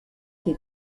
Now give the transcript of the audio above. que